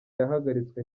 yahagaritswe